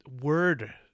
word